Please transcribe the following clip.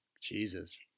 Jesus